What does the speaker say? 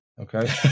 Okay